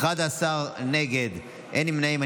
11 נגד, אין נמנעים.